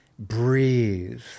breathe